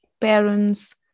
parents